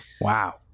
Wow